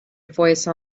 voice